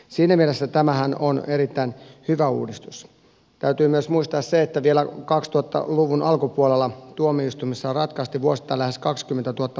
siinä mielessä tämähän on erittäin hyvä uudistus täytyy myös muistaa se että vielä kaksituhatta luvun alkupuolella tuomioistuimissa ratkaistiin vuosittain lähes kaksikymmentätuhatta